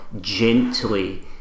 gently